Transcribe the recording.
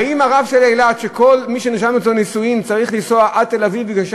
האם הרב של אילת צריך לנסוע עד תל-אביב מפני